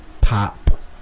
pop